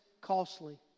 costly